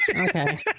Okay